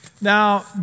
Now